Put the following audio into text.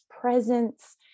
presence